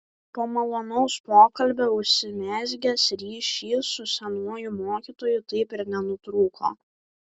po malonaus pokalbio užsimezgęs ryšys su senuoju mokytoju taip ir nenutrūko